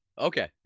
Okay